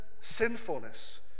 sinfulness